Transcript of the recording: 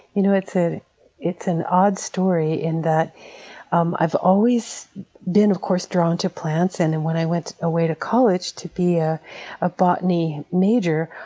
you know it's ah it's an odd story in that um i've always been, of course, drawn to plants. and and when i went away to college to be a ah botany major,